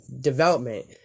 development